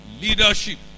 leadership